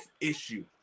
issue